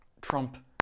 Trump